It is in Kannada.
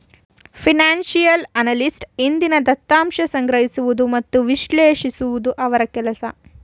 ಫಿನನ್ಸಿಯಲ್ ಅನಲಿಸ್ಟ್ ಹಿಂದಿನ ದತ್ತಾಂಶ ಸಂಗ್ರಹಿಸುವುದು ಮತ್ತು ವಿಶ್ಲೇಷಿಸುವುದು ಅವರ ಕೆಲಸ